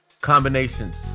combinations